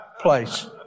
place